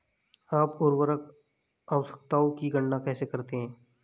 आप उर्वरक आवश्यकताओं की गणना कैसे करते हैं?